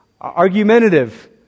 argumentative